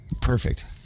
Perfect